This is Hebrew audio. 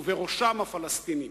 ובראשם הפלסטינים,